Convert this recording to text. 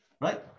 right